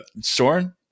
Soren